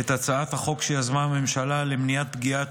את הצעת החוק שיזמה הממשלה למניעת פגיעת